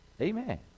Amen